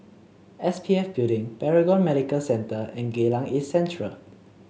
S P F Building Paragon Medical Centre and Geylang East Central